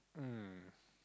um